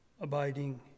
abiding